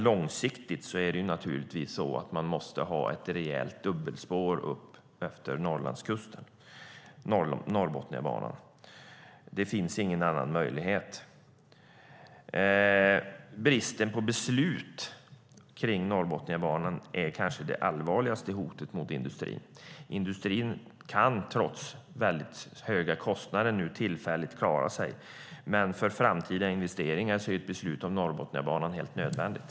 Långsiktigt måste man dock ha ett rejält dubbelspår upp efter Norrlandskusten, alltså Norrbotniabanan. Det finns ingen annan möjlighet. Bristen på beslut om Norrbotniabanan är kanske det allvarligaste hotet mot industrin. Industrin kan, trots höga kostnader, tillfälligt klara sig, men för framtida investeringar är ett beslut om Norrbotniabanan helt nödvändigt.